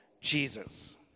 Jesus